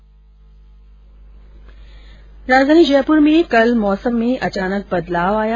राजधानी जयपुर में कल मौसम में अचानक बदलाव आया